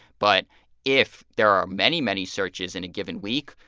but if there are many, many searches in a given week,